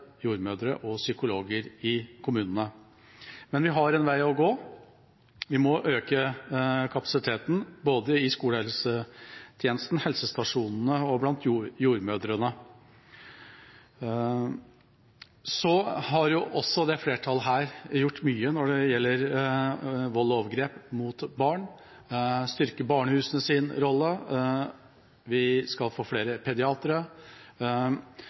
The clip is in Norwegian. jordmødre og psykologer i kommunene. Men vi har en vei å gå. Vi må øke kapasiteten både i skolehelsetjenesten, på helsestasjonene og blant jordmødrene. Så har også dette flertallet gjort mye når det gjelder vold og overgrep mot barn. Vi har styrket barnehusenes rolle, og vi skal få flere